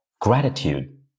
gratitude